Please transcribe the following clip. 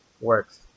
works